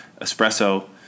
espresso